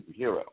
superhero